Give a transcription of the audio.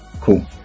Cool